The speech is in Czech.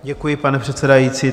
Děkuji, pane předsedající.